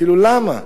כאילו למה?